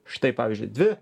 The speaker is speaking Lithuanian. štai pavyzdžiui dvi